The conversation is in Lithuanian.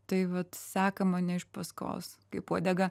tai vat seka mane iš paskos kaip uodega